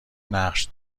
نقش